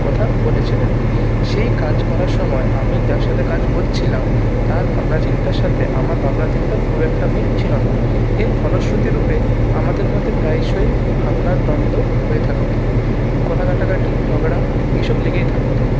কথা বলেছিলেন সেই কাজ করার সময় আমি যার সাথে কাজ করছিলাম তার ভাবনাচিন্তার সাথে আমার ভাবনাচিন্তার খুব একটা মিল ছিল না এর ফলশ্রুতিরূপে আমাদের মধ্যে প্রায়শই ভাবনার দ্বন্দ্ব হয়ে থাকত কথা কাটাকাটি ঝগড়া এইসব লেগেই থাকত